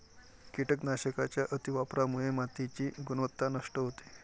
कीटकनाशकांच्या अतिवापरामुळे मातीची गुणवत्ता नष्ट होते